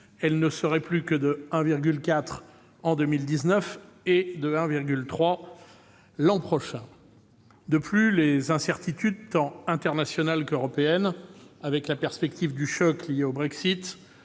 elle ne serait plus que de 1,4 % en 2019 et de 1,3 % l'an prochain. De plus, les incertitudes tant internationales qu'européennes, avec la perspective du choc lié au Brexit-